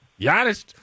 Giannis